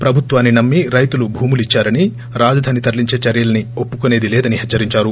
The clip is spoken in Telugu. ప్రభుత్వాన్ని నమ్మి రైతులు భూములు ఇచ్చారని రాజధాని తరలించే చర్యల్ని ఒప్పుకొసేది లేదని హెచ్చరించారు